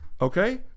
Okay